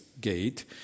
gate